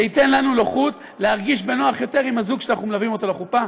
זה ייתן לנו נוחות להרגיש בנוח יותר עם הזוג שאנחנו מלווים לחופה,